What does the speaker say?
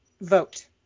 vote